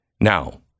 Now